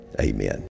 Amen